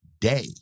day